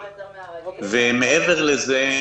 מעבר לזה,